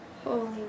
Holy